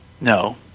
No